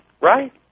Right